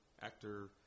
actor